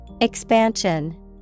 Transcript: Expansion